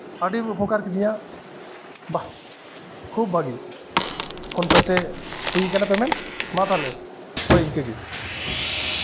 ᱟᱰᱤᱢ ᱩᱯᱚᱠᱟᱨ ᱠᱤᱫᱤᱧᱟ ᱵᱟᱦ ᱠᱷᱩᱵᱽ ᱵᱷᱟᱜᱤ ᱯᱷᱳᱱ ᱯᱮᱹ ᱛᱮ ᱦᱩᱭ ᱠᱟᱱᱟ ᱯᱮᱢᱮᱱᱴ ᱢᱟ ᱛᱟᱦᱞᱮ ᱦᱳᱭ ᱤᱱᱠᱟᱹᱜᱮ